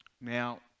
Now